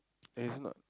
and it's not